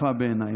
יפה בעיני.